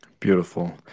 Beautiful